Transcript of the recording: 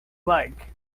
like